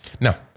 Now